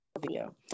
video